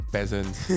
Peasants